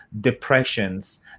depressions